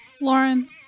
Lauren